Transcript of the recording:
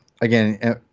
again